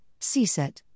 CSET